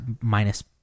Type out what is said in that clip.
minus